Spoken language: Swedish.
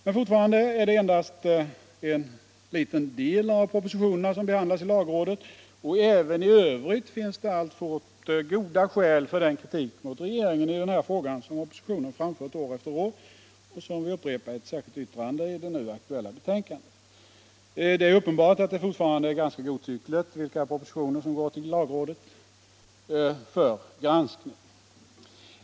Men fortfarande är det endast en liten del av propositionerna som behandlas i lagrådet och även i övrigt finns det alltfort goda skäl för den kritik mot regeringen i den här frågan som oppositionen framfört år efter år och som vi upprepar i ett särskilt yttrande i det nu aktuella betänkandet. Det är uppenbart att det fortfarande är ganska godtyckligt vilka propositioner som går till lagrådet för granskning.